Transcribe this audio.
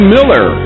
Miller